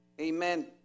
Amen